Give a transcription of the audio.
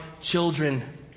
children